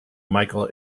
michael